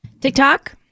TikTok